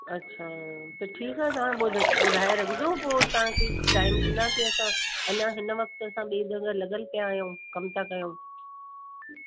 अच्छा त ठीकु आहे तव्हां ॿुध ॿुधाए रखिजो पोइ तव्हांखे टाइम ॾींदासीं असां अञा हिन वक़्ति असां ॿीं जॻह लॻियल पिया आहियूं कमु था कयूं